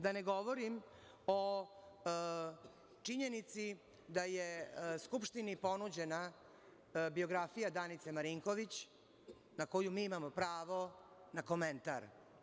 Da ne govorim o činjenici da je Skupštini ponuđena biografija Danice Marinković, na koju mi imamo pravo na komentar.